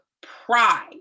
pride